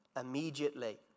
immediately